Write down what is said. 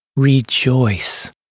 Rejoice